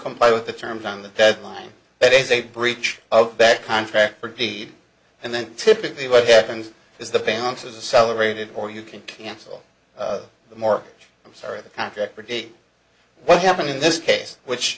comply with the terms on the deadline that is a breach of that contract for deed and then typically what happens is the bank says a celebrated or you can cancel the more i'm sorry the conficker date what happened in this case which